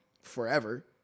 forever